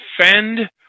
defend